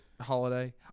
holiday